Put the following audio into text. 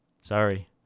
Sorry